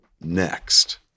next